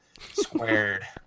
squared